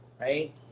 right